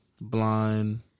Blind